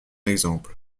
exemple